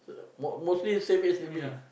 most mostly same age with me